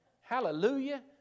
Hallelujah